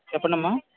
చెప్పండి అమ్మ